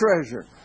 treasure